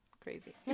crazy